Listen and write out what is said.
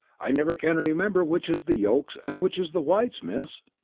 i never can remember which is the yolks and which is the whites, miss.